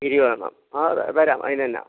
ഗിരി വരണം ആ വരാം അതിനെന്നാ